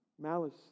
malice